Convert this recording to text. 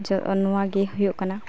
ᱡᱚ ᱱᱚᱣᱟᱜᱮ ᱦᱩᱭᱩᱜ ᱠᱟᱱᱟ